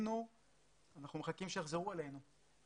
פנינו ואנחנו מחכים שהם יחזרו אלינו.